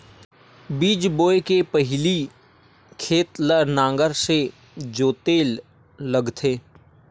बीज बोय के पहिली खेत ल नांगर से जोतेल लगथे?